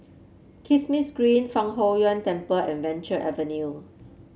Kismis Green Fang Huo Yuan Temple and Venture Avenue